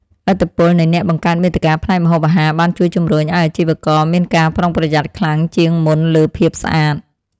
ឥទ្ធិពលនៃអ្នកបង្កើតមាតិកាផ្នែកម្ហូបអាហារបានជួយជម្រុញឱ្យអាជីវករមានការប្រុងប្រយ័ត្នខ្លាំងជាងមុនលើភាពស្អាត។